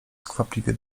skwapliwie